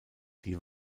die